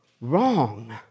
wrong